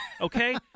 okay